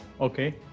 Okay